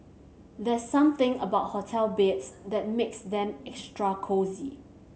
there's something about hotel beds that makes them extra cosy